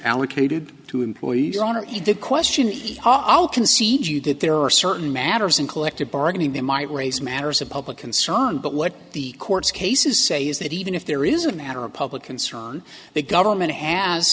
allocated to employees owner he did question he also concede you that there are certain matters in collective bargaining they might raise matters of public concern but what the court's cases say is that even if there is a matter of public concern the government has